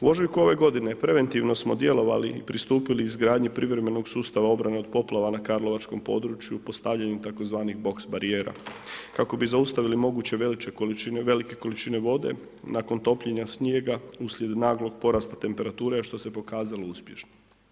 U ožujku ove godine preventivno smo djelovali i pristupili izgradnji privremenog sustava obrane od poplava na karlovačkom području postavljanjem tzv. boks-barijera kako bi zaustavili moguće veliće, velike količine vode nakon topljenja snijega uslijed naglog porasta temperature, a što se pokazalo uspješnim.